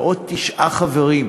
ועוד תשעה חברים.